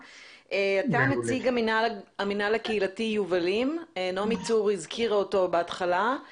נציג המינהל הקהילתי יובלים שנעמי צור הזכירה קודם לכן.